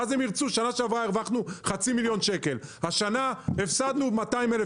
בשנה שעברה הרווחנו חצי מיליון ₪ והשנה הפסדנו 200,000